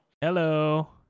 hello